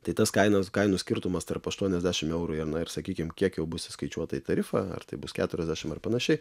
tai tas kainas kainų skirtumas tarp aštuoniasdešimt eurų ir na sakykim kiek jau bus įskaičiuota į tarifą ar tai bus keturiasdešimt ar panašiai